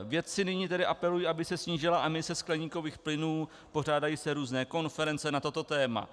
Vědci nyní tedy apelují, aby se snížila emise skleníkových plynů, pořádají se různé konference na toto téma.